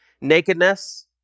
Nakedness